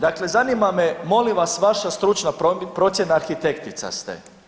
Dakle zanima me, molim vas, vaša stručna procjena, arhitektica ste.